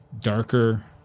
darker